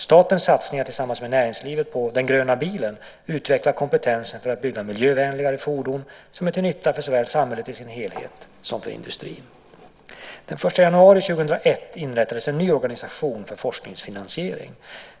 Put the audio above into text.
Statens satsningar tillsammans med näringslivet på den gröna bilen utvecklar kompetensen för att bygga miljövänligare fordon som är till nytta för såväl samhället i sin helhet som för industrin. Den 1 januari 2001 inrättades en ny organisation för forskningsfinansiering.